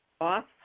off